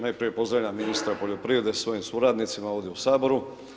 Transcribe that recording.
Najprije pozdravljam ministra poljoprivrede sa svojim suradnicima ovdje u Saboru.